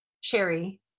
Sherry